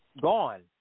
gone